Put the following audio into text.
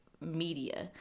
media